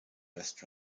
rest